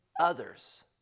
others